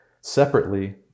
separately